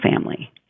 family